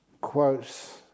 quotes